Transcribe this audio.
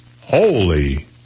Holy